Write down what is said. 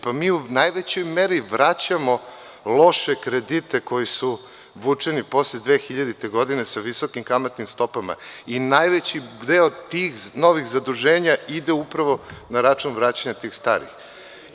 Pa, mi u najvećoj meri vraćamo loše kredite koji su vučeni posle 2000. godine sa visokim kamatnim stopama i najveći deo tih novih zaduženja ide upravo na račun vraćanja tih starih.